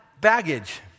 baggage